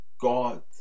God